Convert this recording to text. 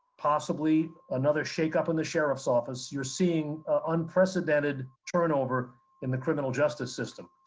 possibly another shakeup in the sheriff's office, you're seeing unprecedented turnover in the criminal justice system.